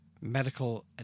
medical